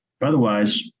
Otherwise